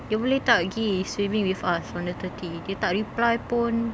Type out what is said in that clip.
dia boleh tak pergi swimming with us on the thirty dia tak reply pun